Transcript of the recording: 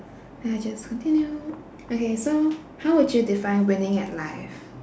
I'll just continue okay so how would you define winning at life